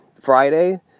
Friday